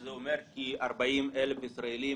שזה אומר כ-40,000 ישראלים